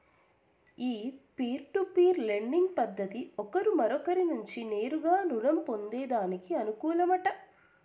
ఈ peer to peer lending పద్దతి ఒకరు మరొకరి నుంచి నేరుగా రుణం పొందేదానికి అనుకూలమట